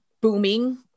booming